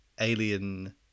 Alien